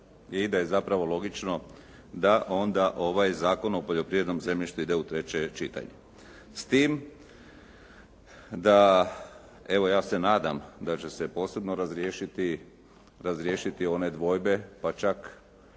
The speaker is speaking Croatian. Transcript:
i da je zapravo logično da onda i ovaj Zakon o poljoprivrednom zemljištu ide u treće čitanje. S tim da evo ja se nadam da će se posebno razriješiti one dvojbe pa čak